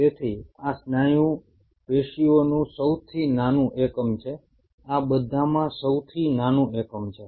તેથી આ સ્નાયુ પેશીઓનું સૌથી નાનું એકમ છે આ બધામાં સૌથી નાનું એકમ છે